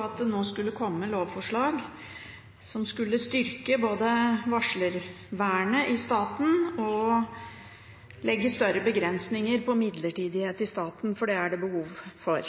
at det nå skulle komme et lovforslag som skulle både styrke varslervernet i staten og legge større begrensninger på midlertidighet i staten, for det er det behov for.